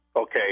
Okay